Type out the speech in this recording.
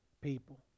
people